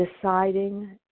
deciding